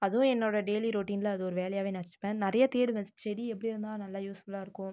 அதுவும் என்னோட டெய்லி ரொட்டீனில் அது ஒரு வேலையாகவே நான் வைச்சிருப்பேன் நிறைய தேடுவேன் செடி எப்படி இருந்தால் நல்ல யூஸ்ஃபுல்லாக இருக்கும்